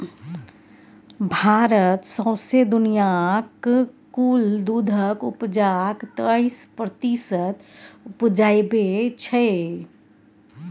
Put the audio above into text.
भारत सौंसे दुनियाँक कुल दुधक उपजाक तेइस प्रतिशत उपजाबै छै